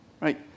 right